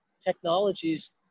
technologies